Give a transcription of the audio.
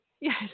Yes